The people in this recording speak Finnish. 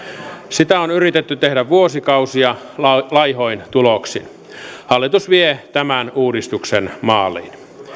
sitä on yritetty tehdä vuosikausia laihoin tuloksin hallitus vie tämän uudistuksen maaliin